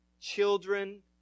children